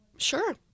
Sure